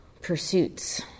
pursuits